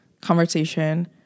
conversation